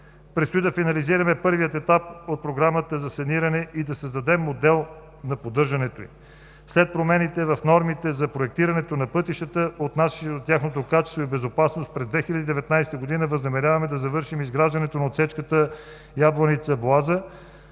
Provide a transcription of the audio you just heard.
Предстои да финализираме първия етап от Програмата за саниране и да създадем модел за поддържането ѝ. След промените в нормите за проектирането на пътищата, отнасящи се до тяхното качество и безопасност, през 2019 г. възнамеряваме да завършим изграждането на отсечката Ябланица – Боаза